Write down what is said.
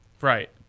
Right